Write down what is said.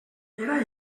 era